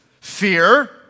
Fear